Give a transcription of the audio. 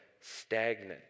stagnant